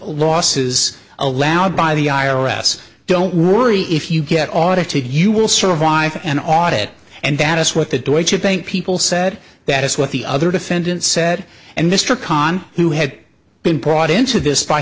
losses allowed by the i r s don't worry if you get audited you will survive an audit and that is what the deutsche bank people said that is what the other defendant said and mr kahn who had been brought into this by